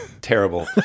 terrible